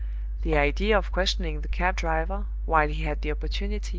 the idea of questioning the cab-driver, while he had the opportunity,